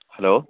hello